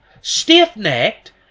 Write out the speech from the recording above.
stiff-necked